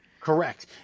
Correct